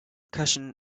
cushion